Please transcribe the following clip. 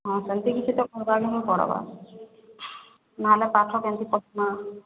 ହଁ ସେମ୍ତି କିଛି ତ କର୍ବାକେ ହିଁ ପଡ଼୍ବାନା ନହେଲେ ପାଠ କେନ୍ତା ପଢ଼୍ବା